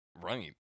Right